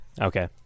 Okay